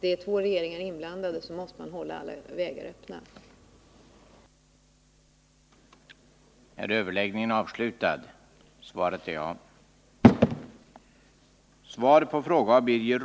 är otillfredsställande. Mätningsarbete som kostat tid och pengar kan på grund av luckor i mätningen och osäkerhet ej användas. Nya mätningar över stora områden måste företas för att få säkra sjökort. Bättre sjösäkerhet försenas.